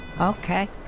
Okay